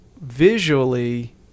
visually